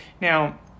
now